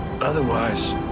Otherwise